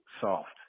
soft